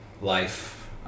life